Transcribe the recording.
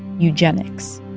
eugenics